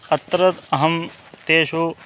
अत्र अहं तेषु